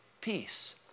peace